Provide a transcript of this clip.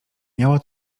miało